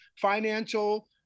financial